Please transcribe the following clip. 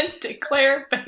declare